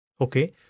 Okay